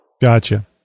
Gotcha